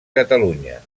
catalunya